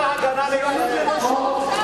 ארבעה עשורים,